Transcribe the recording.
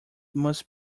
must